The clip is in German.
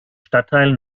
stadtteil